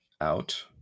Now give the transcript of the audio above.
out